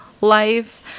life